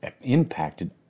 impacted